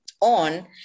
on